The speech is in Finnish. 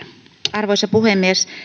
arvoisa puhemies